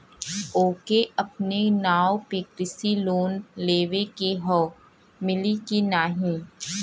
ओके अपने नाव पे कृषि लोन लेवे के हव मिली की ना ही?